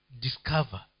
discover